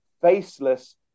faceless